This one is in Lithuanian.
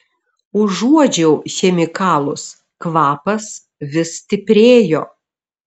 užuodžiau chemikalus kvapas vis stiprėjo